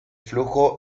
flujo